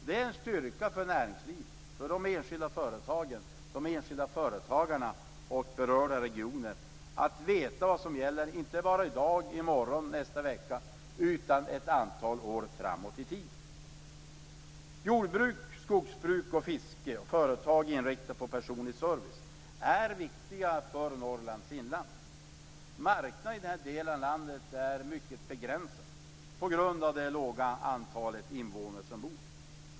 Det är en styrka för näringslivet, för enskilda företag, för enskilda företagare och berörda regioner att veta vad som gäller, inte bara idag, i morgon eller nästa vecka utan ett antal år framåt i tiden. Jordbruk, skogsbruk, fiske och företag inriktade på personlig service är viktigt för Norrlands inland. Marknaden i den delen av landet är mycket begränsad på grund av det låga antalet invånare som bor där.